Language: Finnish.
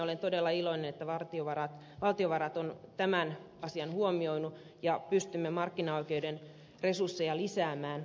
olen todella iloinen että valtiovarat on tämän asian huomioinut ja pystymme markkinaoikeuden resursseja lisäämään